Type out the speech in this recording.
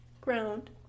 ground